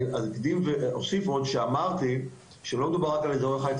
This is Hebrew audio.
אני אוסיף ואומר שלא מדובר רק על אזורי חיץ,